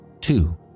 Two